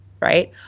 right